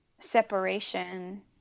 separation